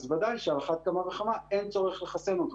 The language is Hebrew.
אז בוודאי שעל אחת כמה וכמה אין צורך לחסן אותו.